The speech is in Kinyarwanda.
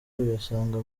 uyasanga